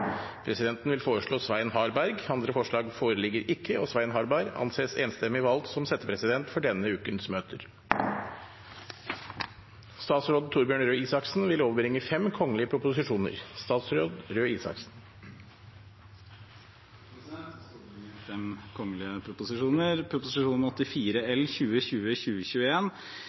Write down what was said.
Presidenten vil foreslå Svein Harberg. – Andre forslag foreligger ikke, og Svein Harberg anses enstemmig valgt som settepresident for denne ukens møter. Representanten Per Olaf Lundteigen vil